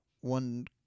one